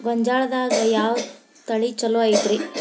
ಗೊಂಜಾಳದಾಗ ಯಾವ ತಳಿ ಛಲೋ ಐತ್ರಿ?